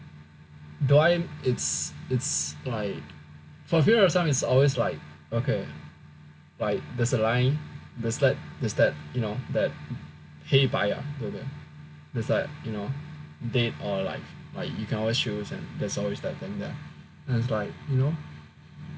do I it's it's like for a period of time it's always like okay like there's a line it's that it's that you know that 黑白啊对不对 that's like you know dead or alive like you can always choose and there's always that and it's like you know